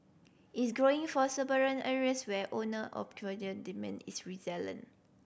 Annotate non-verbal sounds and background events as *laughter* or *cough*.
is growing for suburban *unintelligible* areas where owner *unintelligible* demand is resilient